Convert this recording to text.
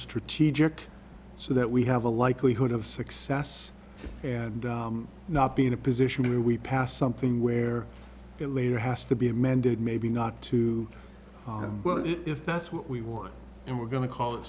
strategic so that we have a likelihood of success and not be in a position where we pass something where it later has to be amended maybe not to well if that's what we want and we're going to call